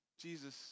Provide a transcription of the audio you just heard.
Jesus